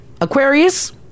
Aquarius